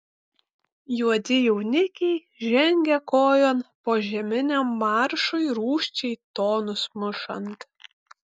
juodi jaunikiai žengia kojon požeminiam maršui rūsčiai tonus mušant